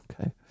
Okay